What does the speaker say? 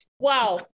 Wow